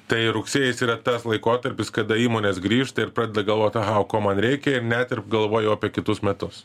tai rugsėjis yra tas laikotarpis kada įmonės grįžta ir pradeda galvot aha o ko man reikia ir net ir galvoja jau apie kitus metus